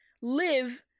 live